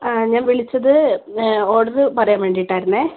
അ ഞാൻ വിളിച്ചത് ഓർഡറ് പറയാൻ വേണ്ടിയിട്ടായിരുന്നേ